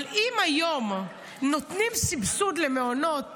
אבל אם היום נותנים סבסוד למעונות